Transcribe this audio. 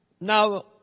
Now